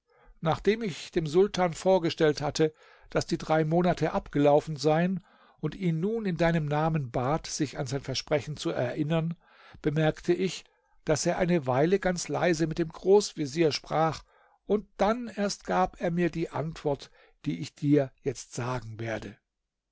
nachdem ich dem sultan vorgestellt hatte daß die drei monate abgelaufen seien und ihn nun in deinem namen bat sich an sein versprechen zu erinneren bemerkte ich daß er eine weile ganz leise mit dem großvezier sprach und dann erst gab er mir die antwort die ich dir jetzt sagen werde